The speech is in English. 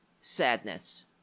sadness